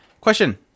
Question